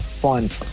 font